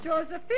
Josephine